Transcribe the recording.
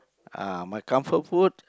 uh my comfort food